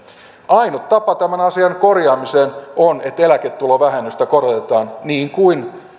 ainut tapa tämän asian korjaamiseen on että eläketulovähennystä korotetaan niin kuin